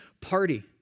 party